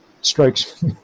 strikes